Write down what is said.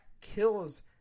kills